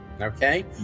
okay